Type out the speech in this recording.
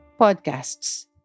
Podcasts